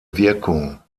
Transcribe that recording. wirkung